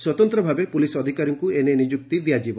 ସ୍ୱତନ୍ତ ଭାବେ ପୁଲିସ୍ ଅଧିକାରୀଙ୍କୁ ଏ ନେଇ ନିଯୁକ୍ତି ଦିଆଯିବ